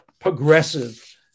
progressive